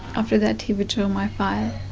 after that he returned my file.